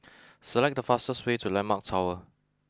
select the fastest way to Landmark Tower